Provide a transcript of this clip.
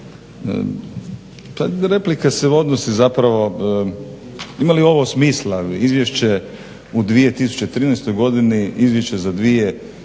Replike se odnose zapravo, ima li ovo smisla izvješće u 2013. godini izvješće za 2011.